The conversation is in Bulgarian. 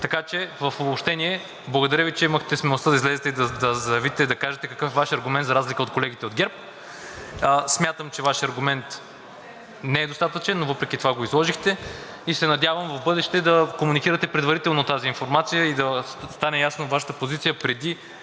Така че, в обобщение, благодаря Ви, че имахте смелостта да излезете, да заявите и да кажете какъв е Вашият аргумент, за разлика от колегите от ГЕРБ. Смятам, че Вашият аргумент не е достатъчен, но въпреки това го изложихте. Надявам се в бъдеще да комуникирате предварително тази информация и да стане ясна Вашата позиция, преди